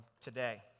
today